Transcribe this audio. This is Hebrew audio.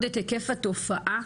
היקף התופעה,